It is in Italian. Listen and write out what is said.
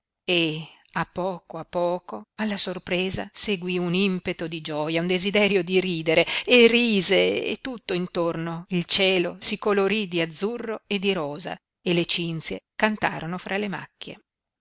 e a poco a poco alla sorpresa seguí un impeto di gioia un desiderio di ridere e rise e tutto intorno il cielo si colorí di azzurro e di rosa e le cinzie cantarono fra le macchie